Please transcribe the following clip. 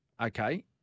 Okay